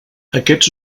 aquests